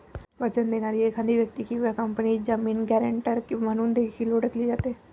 वचन देणारी एखादी व्यक्ती किंवा कंपनी जामीन, गॅरेंटर म्हणून देखील ओळखली जाते